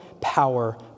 power